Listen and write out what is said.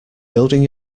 building